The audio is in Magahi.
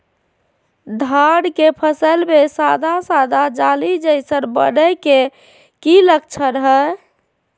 धान के फसल में सादा सादा जाली जईसन बने के कि लक्षण हय?